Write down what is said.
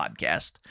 podcast